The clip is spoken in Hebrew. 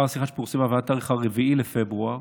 ל-4 בפברואר